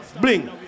Bling